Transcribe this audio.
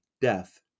death